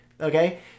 okay